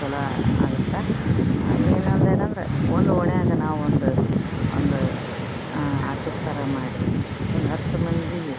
ಚಲೋ ಆಗತ್ತ ಇನ್ನೊಂದು ಏನಂದ್ರ ಒಂದು ಓಣಿಯಾಗ ನಾವು ಒಂದು ಒಂದು ಆಫೀಸ್ ಥರ ಮಾಡಿ ಒಂದು ಹತ್ತು ಮಂದಿಗೆ